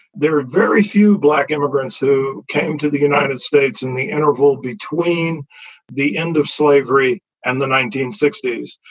there are very few black immigrants who came to the united states in the interval between the end of slavery and the nineteen sixty s.